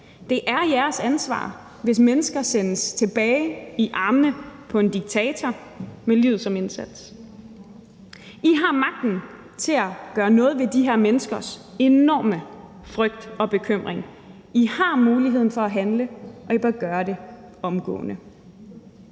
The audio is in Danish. Det er jeres ansvar, hvis mennesker sendes tilbage i armene på en diktator med livet som indsats; I har magten til at gøre noget ved de her menneskers enorme frygt og bekymring; I har muligheden for at handle, og I bør gøre det omgående.